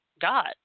God